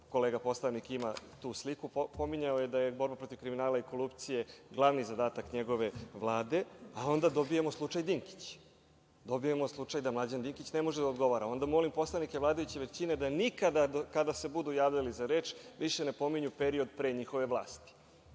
kolega poslanik ima tu sliku, pominjao je da je borba protiv kriminala i korupcije glavni zadatak njegove Vlade, a onda dobijamo slučaj Dinkić. Dobijamo slučaj da Mlađan Dinkić ne može da odgovara. Onda molim poslanike vladajuće većine da nikada kada se budu javljali za reč više ne pominju period pre njihove vlasti,